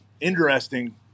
interesting